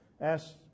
asked